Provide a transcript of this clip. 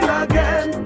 again